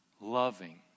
loving